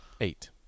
Eight